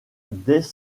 dès